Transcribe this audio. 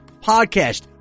podcast